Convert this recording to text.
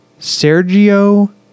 Sergio